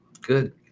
good